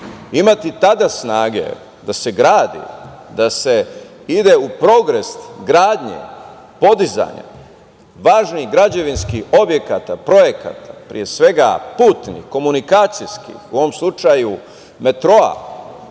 Imati tada snage da se gradi, da se ide u progrest gradnje, podizanja važnih građevinskih objekata, projekata pre svega putnih, komunikacijskih, u ovom slučaju metroa